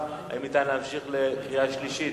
האם ניתן להמשיך לקריאה שלישית?